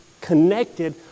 connected